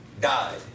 died